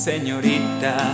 Señorita